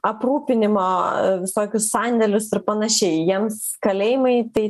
aprūpinimą visokius sandėlius ir panašiai jiems kalėjimai tai